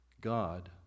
God